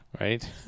right